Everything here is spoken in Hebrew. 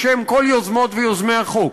בשם כל יוזמות ויוזמי החוק,